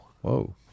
Whoa